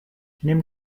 nimm